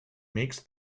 makes